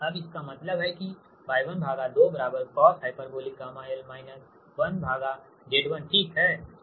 अब इसका मतलब है की Y12 cosh Yl 1Z1ठीक है